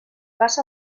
passa